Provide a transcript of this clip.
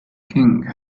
king